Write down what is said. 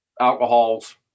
alcohols